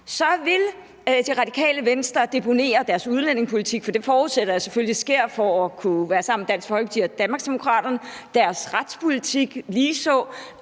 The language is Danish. – vil Radikale Venstre skulle deponere deres udlændingepolitik, for det forudsætter jeg selvfølgelig sker, for at kunne være sammen med Dansk Folkeparti og Danmarksdemokraterne, deres retspolitik ligeså